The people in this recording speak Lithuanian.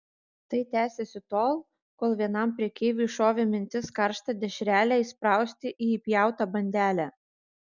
tai tęsėsi tol kol vienam prekeiviui šovė mintis karštą dešrelę įsprausti į įpjautą bandelę